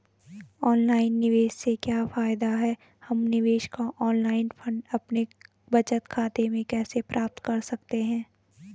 Online निवेश से क्या फायदा है हम निवेश का ऑनलाइन फंड अपने बचत खाते में कैसे प्राप्त कर सकते हैं?